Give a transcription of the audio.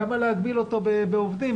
למה להגביל אותו בעובדים,